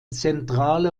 zentrale